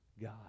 God